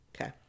Okay